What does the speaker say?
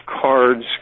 cards